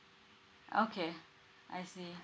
okay I see